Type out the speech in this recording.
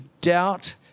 doubt